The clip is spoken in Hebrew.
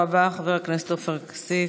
תודה רבה, חבר הכנסת עופר כסיף.